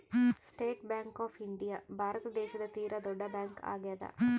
state Bank of India Bharat ದೇಶದ ತೀರ ದೊಡ್ಡ ಬ್ಯಾಂಕ್ ಆಗ್ಯಾದ